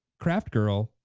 craft girl,